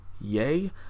yay